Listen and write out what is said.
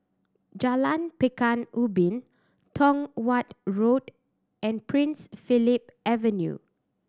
Jalan Pekan Ubin Tong Watt Road and Prince Philip Avenue